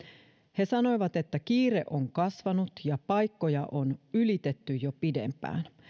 he sanoivat että kiire on kasvanut ja paikkoja on ylitetty jo pidempään